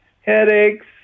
headaches